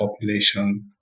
population